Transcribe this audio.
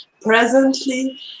presently